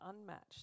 unmatched